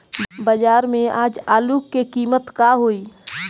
बाजार में आज आलू के कीमत का होई?